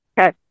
Okay